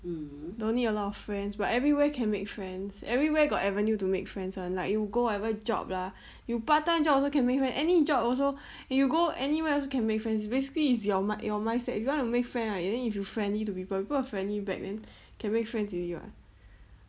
no need a lot of friends but everywhere can make friends everywhere got avenue to make friends [one] like you go whatever job lah you part time job also can make friends any job also and you go anywhere else can make friends basically it's your your mindset you wanna make friends lah and then if you friendly to people people will friendly back then can make friends already [what]